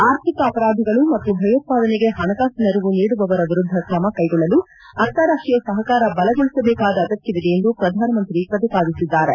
ಆರ್ಥಿಕ ಅಪರಾಧಿಗಳು ಮತ್ತು ಭಯೋತ್ಪಾದನೆಗೆ ಹಣಕಾಸು ನೆರವು ನೀಡುವವರ ವಿರುದ್ದ ಕ್ರಮಕೈಗೊಳ್ಳಲು ಅಂತಾರಾಷ್ಟೀಯ ಸಹಕಾರ ಬಲಗೊಳಿಸಬೇಕಾದ ಅಗತ್ಯವಿದೆ ಎಂದು ಪ್ರಧಾನಮಂತ್ರಿ ಪ್ರತಿಪಾದಿಸಿದ್ದಾರೆ